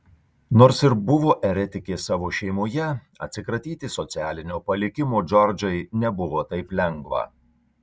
nors ir buvo eretikė savo šeimoje atsikratyti socialinio palikimo džordžai nebuvo taip lengva